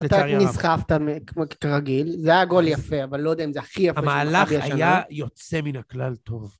אתה נסחפת כמו כרגיל. זה היה גול יפה, אבל לא יודע אם זה הכי יפה... המהלך היה יוצא מן הכלל טוב.